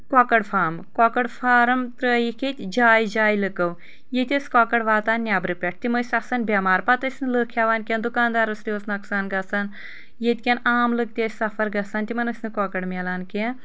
کۄکر farm کۄکر farm ترٲیکھ ییٚتہِ جایہِ جایہِ لُکو ییٚتہِ ٲسۍ کۄکر واتان نٮ۪برٕ پٮ۪ٹھ تم ٲسۍ آسان بٮ۪مار پتہٕ ٲسۍ نہٕ لُکھ ہٮ۪وان کینٛہہ دُکاندارس تہِ اوس نۄقصان گژھان ییٚتۍ کٮ۪ن عام لُکھ تہِ ٲسۍ سفر گژھان تمن ٲسۍ نہٕ کۄکر مِلان کینٛہہ